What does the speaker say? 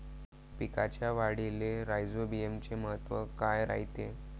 पिकाच्या वाढीले राईझोबीआमचे महत्व काय रायते?